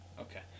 okay